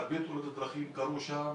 הרבה תאונות קרו שם.